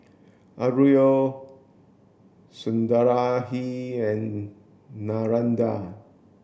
Alluri Sundaraiah and Narendra